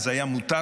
אז היה מותר,